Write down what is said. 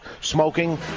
smoking